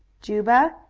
juba,